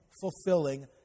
fulfilling